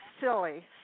silly